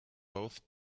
both